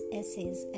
essays